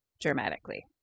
dramatically